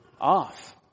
off